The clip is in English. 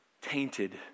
tainted